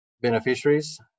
beneficiaries